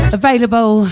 available